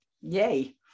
yay